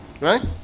right